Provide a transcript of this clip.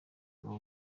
bwa